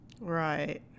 Right